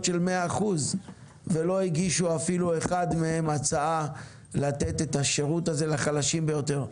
של 100% ולא הגישו אפילו אחד מהם הצעה לתת את השירות הזה לחלשים ביותר.